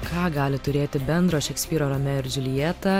ką gali turėti bendro šekspyro romeo ir džiuljeta